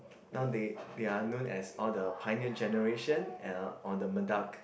now they they are known as all the Pioneer Generation and uh or the merda~